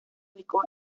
ubicó